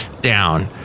Down